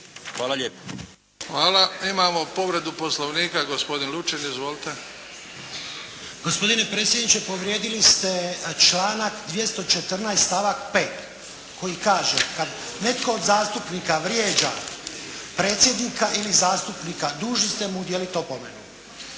Luka (HDZ)** Hvala. Imamo povredu Poslovnika, gospodin Lučin izvolite. **Lučin, Šime (SDP)** Gospodine predsjedniče povrijedili ste članak 214., stavak 5. koji kaže: Kad netko od zastupnika vrijeđa predsjednika ili zastupnika dužni ste mu udijeliti opomenu.